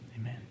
Amen